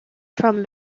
from